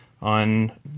on